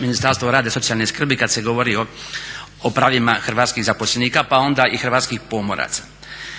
Ministarstvo rada i socijalne skrbi kad se govori o pravima hrvatskih zaposlenika pa onda i hrvatskih pomoraca.